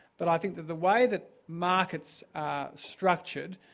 but i think that the way that markets are structured,